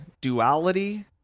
duality